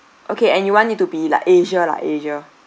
okay and you want it to be like asia lah asia